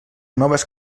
noves